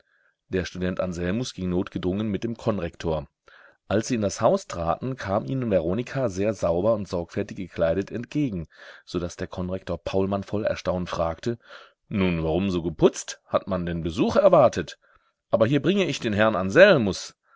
der student anselmus ging notgedrungen mit dem konrektor als sie in das haus traten kam ihnen veronika sehr sauber und sorgfältig gekleidet entgegen so daß der konrektor paulmann voll erstaunen fragte nun warum so geputzt hat man denn besuch erwartet aber hier bringe ich den herrn anselmus